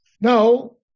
No